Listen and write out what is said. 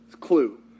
clue